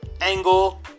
angle